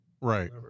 Right